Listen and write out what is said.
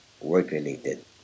work-related